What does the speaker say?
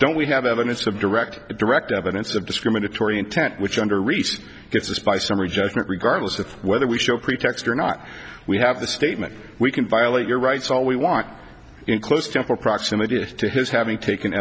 don't we have evidence of direct direct evidence of discriminatory intent which under reach it's by summary judgment regardless of whether we show pretext or not we have the statement we can violate your rights all we want in close proximity to his having taken